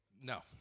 No